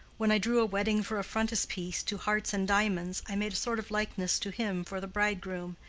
when i drew a wedding for a frontispiece to hearts and diamonds i made a sort of likeness to him for the bridegroom,